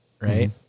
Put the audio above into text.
right